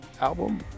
album